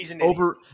over